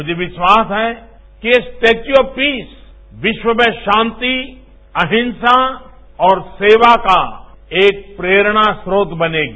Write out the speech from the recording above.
मुझे विश्वास है कि ये स्टेच् ऑफ पीस विश्व में शांति अहिंसा और सेवा का एक प्रेरणास्रोत बनेगी